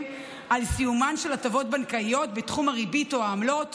על סיומן של הטבות בנקאיות בתחום הריבית או העמלות